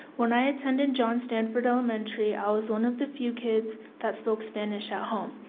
when i attended john stanford elementary i was one of the few kids that spoke spanish at home.